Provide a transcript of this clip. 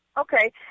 Okay